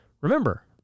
remember